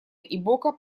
ибока